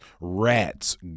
rats